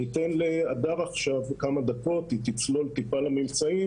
עכשיו אני אתן להדר כמה דקות לצלול יותר אל הממצאים